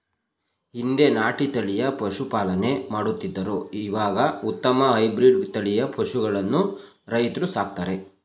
ಹಿಂದೆ ನಾಟಿ ತಳಿಯ ಪಶುಪಾಲನೆ ಮಾಡುತ್ತಿದ್ದರು ಇವಾಗ ಉತ್ತಮ ಹೈಬ್ರಿಡ್ ತಳಿಯ ಪಶುಗಳನ್ನು ರೈತ್ರು ಸಾಕ್ತರೆ